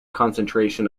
concentration